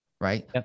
Right